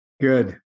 good